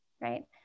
right